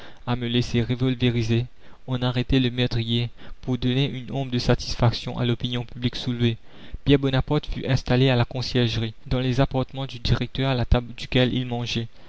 à me laisser révolvériser on arrêtait le meurtrier pour donner une ombre de satisfaction à l'opinion publique soulevée pierre bonaparte fut la commune installé à la conciergerie dans les appartements du directeur à la table duquel il mangeait